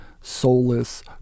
soulless